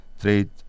trade